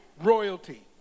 royalty